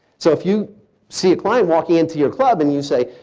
so if you see a client walking into your club and you say,